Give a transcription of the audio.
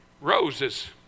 roses